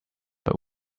but